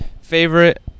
favorite